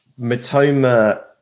Matoma